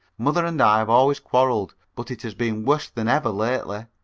mother and i have always quarrelled, but it has been worse than ever lately.